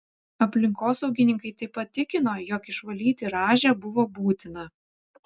aplinkosaugininkai taip pat tikino jog išvalyti rąžę buvo būtina